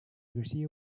garcia